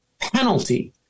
penalty